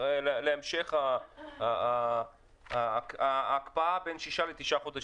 להמשך ההקפאה בין 6-9 חודשים.